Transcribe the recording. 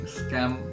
scam